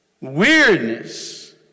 weirdness